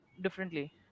differently